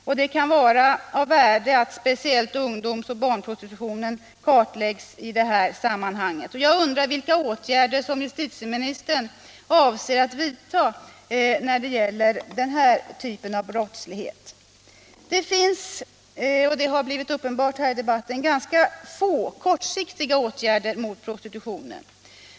Och det kan vara av värde att speciellt ungdoms och barnprostitutionen kartläggs i detta sammanhang. Jag undrar vilka åtgärder som justitieministern avser att vidta när det gäller denna typ av brottslighet. Det finns — och det har blivit uppenbart här i debatten — ganska få kortsiktiga åtgärder mot prostitutionen.